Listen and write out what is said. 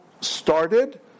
started